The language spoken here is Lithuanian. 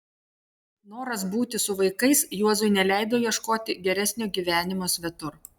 noras būti su vaikais juozui neleido ieškoti geresnio gyvenimo svetur